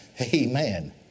Amen